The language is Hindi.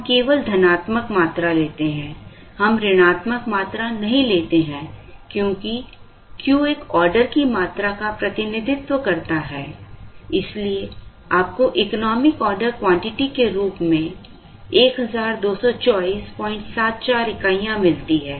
हम केवल धनात्मक मात्रा लेते हैं हम ऋणात्मक मात्रा नहीं लेते हैं क्योंकि Q एक ऑर्डर की मात्रा का प्रतिनिधित्व करता है इसलिए आपको इकोनॉमिक ऑर्डर क्वांटिटी के रूप में 122474 इकाइयां मिलती हैं